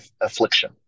affliction